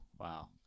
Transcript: Wow